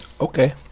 Okay